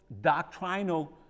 doctrinal